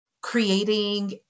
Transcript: Creating